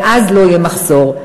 ואז לא יהיה מחסור.